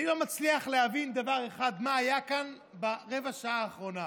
אני לא מצליח להבין דבר אחד: מה היה כאן ברבע השעה האחרונה?